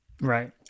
right